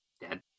Dead